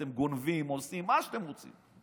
אתם גונבים, עושים מה שאתם רוצים.